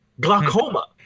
glaucoma